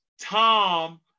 Tom